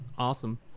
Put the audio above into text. Awesome